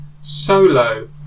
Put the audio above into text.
solo